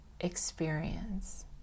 experience